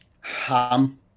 Ham